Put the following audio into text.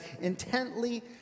intently